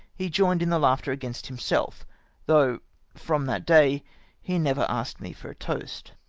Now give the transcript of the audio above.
he joined in the laughter against himself though from that day he never asked me for a toast.